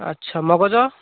ଆଚ୍ଛା ମଗଜ